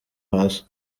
hasi